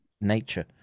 nature